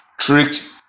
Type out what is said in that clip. tricked